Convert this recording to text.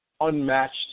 unmatched